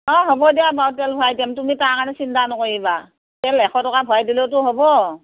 অঁ হ'ব দিয়া বাৰু তেল ভৰাই দিম তুমি তাৰ কাৰণে চিন্তা নকৰিবা তেল এশ টকা ভৰাই দিলওতো হ'ব